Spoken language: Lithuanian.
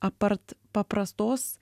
apart paprastos